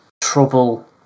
trouble